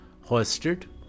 hoisted